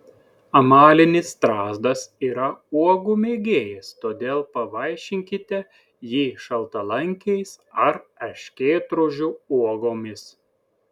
amalinis strazdas yra uogų mėgėjas todėl pavaišinkite jį šaltalankiais ar erškėtrožių uogomis